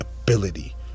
ability